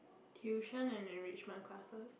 tuition and